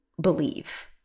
believe